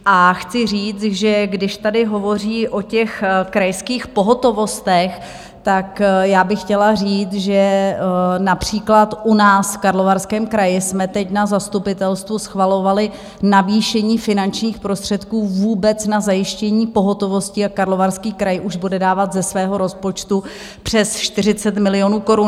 A chci říct, že když tady hovoří o těch krajských pohotovostech, tak já bych chtěla říct, že například u nás v Karlovarském kraji jsme teď na zastupitelstvu schvalovali navýšení finančních prostředků vůbec na zajištění pohotovosti, a Karlovarský kraj už bude dávat ze svého rozpočtu přes 40 milionů korun.